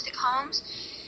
homes